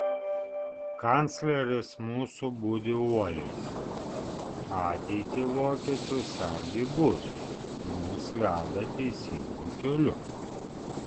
kancleris mūsų budi uoliai ateitį vokiečių sergi budriai mus veda teisingu keliu